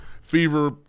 fever